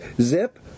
zip